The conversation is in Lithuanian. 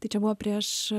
tai čia buvo prieš